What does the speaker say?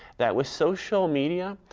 that with social media,